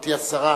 גברתי השרה,